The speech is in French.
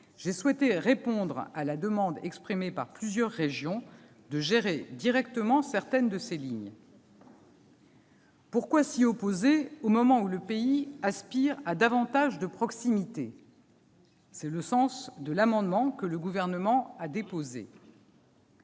j'ai souhaité répondre à la demande exprimée par plusieurs régions de gérer directement certaines de ces lignes. Pourquoi s'y opposer au moment où le pays aspire à davantage de proximité ? Tel est le sens de l'amendement que le Gouvernement a déposé.